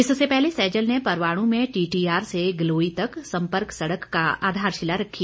इससे पहले सैजल ने परवाणू में टीटीआर से ग्लोई तक सम्पर्क सड़क की आधारशिला रखी